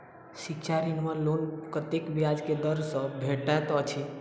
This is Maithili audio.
शिक्षा ऋण वा लोन कतेक ब्याज केँ दर सँ भेटैत अछि?